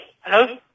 Hello